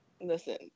Listen